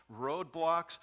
roadblocks